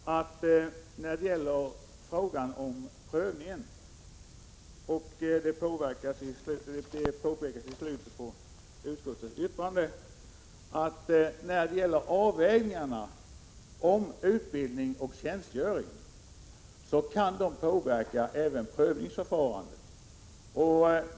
Herr talman! Jag påpekade i mitt anförande om prövningen att det påpekas i slutet av utskottets yttrande att avvägningarna om utbildning och tjänstgöring kan påverka även prövningsförfarandet.